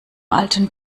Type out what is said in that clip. alten